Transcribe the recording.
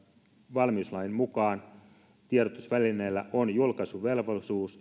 valmiuslain mukaan tiedotusvälineillä on julkaisuvelvollisuus